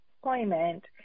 Employment